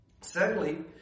Secondly